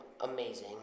amazing